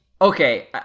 Okay